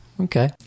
Okay